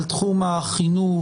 על תחום החינוך,